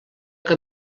que